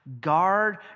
Guard